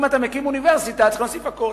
אם אתה מקים אוניברסיטה, צריך להוסיף הכול.